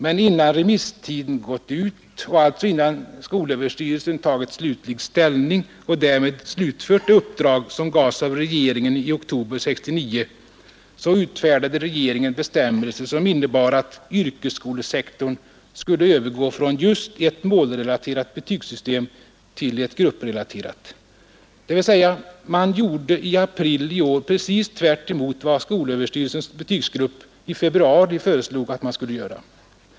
Men innan remisstiden gatt ut och alltså innan SÖ tagit slutlig ställning och därmed slutfört det uppdrag som gavs av regeringen i oktober 1969, utfärdade regeringen bestämmelser som innebar att yrkesskolsektorn skulle överga från just ett malrelaterat betygssystem till ett grupprelaterat, dvs. man gjorde i april i ar precis tvärtemot vad SÖ: betygsgrupp i februari föreslog att man skulle göra.